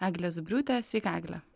eglė zubriutė sveika egle